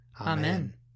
Amen